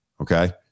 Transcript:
Okay